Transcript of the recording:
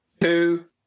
Two